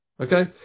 Okay